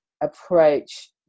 approach